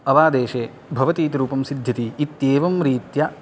अवादेशे भवति इति रूपं सिध्यति इत्येवं रीत्या